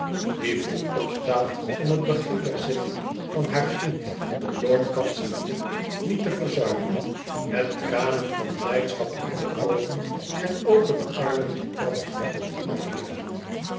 die vroeg opstaat om het begin der zitting van haar vriend den lord-kanselier niet te verzuimen met tranen van blijdschap in de oogen en opene armen de trap komt afloopen